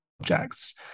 objects